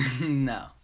No